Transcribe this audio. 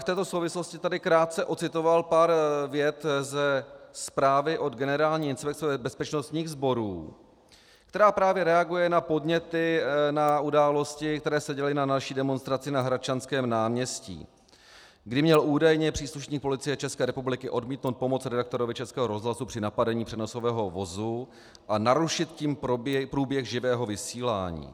V této souvislosti bych tady krátce odcitoval pár vět ze zprávy od Generální inspekce bezpečnostních sborů, která právě reaguje na podněty na události, které se děly na naší demonstraci na Hradčanském náměstí, kdy měl údajně příslušník Policie České republiky odmítnout pomoc redaktorovi Českého rozhlasu při napadení přenosového vozu a narušit tím průběh živého vysílání.